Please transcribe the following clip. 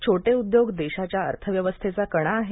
छोटे उद्योग देशाच्या अर्थव्यवस्थेचा कणा आहेत